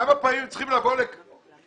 כמה פעמים הם צריכים לבוא לכאן.